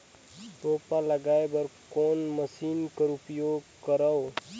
रोपा लगाय बर कोन मशीन कर उपयोग करव?